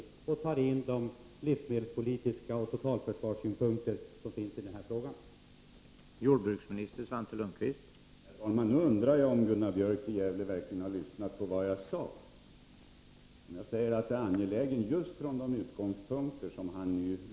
Regeringen borde komplettera sina diskussioner med de livsmedelspolitiska synpunkter och totalförsvarssynpunkter som har anknytning till denna fråga.